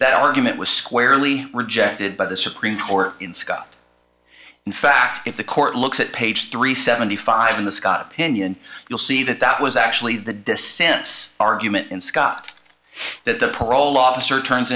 that argument was squarely rejected by the supreme court in scope in fact if the court looks at page three seventy five in the scott opinion you'll see that that was actually the dissents argument in scott that the parole officer turns